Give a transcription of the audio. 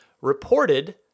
reported